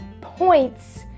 points